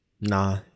Nah